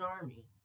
Army